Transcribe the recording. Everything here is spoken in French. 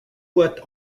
boîte